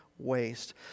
waste